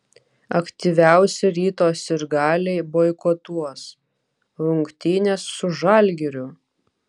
aktyviausi ryto sirgaliai boikotuos rungtynes su žalgiriu